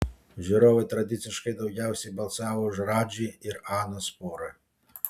žiūrovai tradiciškai daugiausiai balsavo už radži ir anos porą